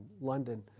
London